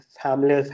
family